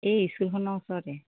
এই স্কুলখনৰ ওচৰতে